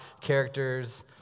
characters